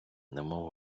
немов